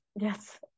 Yes